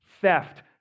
theft